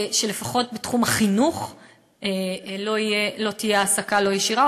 שלפחות בתחום החינוך לא תהיה העסקה לא ישירה,